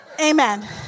Amen